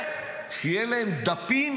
ושיהיה להם דפים